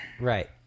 Right